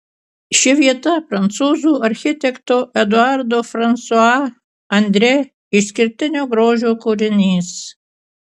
ši vieta prancūzų architekto eduardo fransua andrė išskirtinio grožio kūrinys